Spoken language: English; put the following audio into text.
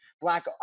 black